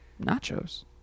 nachos